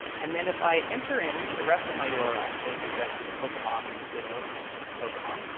and then if i enter in the rest of my yeah url, they suggested pokemon and ditto, who is just a pokemon,